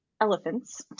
elephants